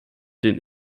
den